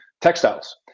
textiles